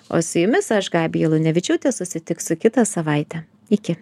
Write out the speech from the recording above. o su jumis aš gabija lunevičiūtė susitiksiu kitą savaitę iki